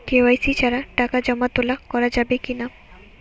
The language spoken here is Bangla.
কে.ওয়াই.সি ছাড়া টাকা জমা তোলা করা যাবে কি না?